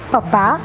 Papa